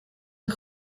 een